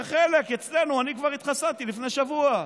וחלק, אצלנו אני כבר התחסנתי לפני שבוע.